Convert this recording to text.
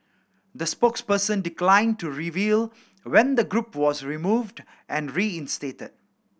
the spokesperson declined to reveal when the group was removed and reinstated